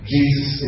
Jesus